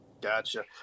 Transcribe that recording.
Gotcha